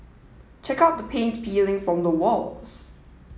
check out the paint peeling from the walls